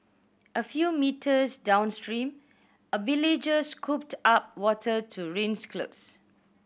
a few metres downstream a villager scooped up water to rinse cloth